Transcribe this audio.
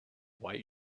white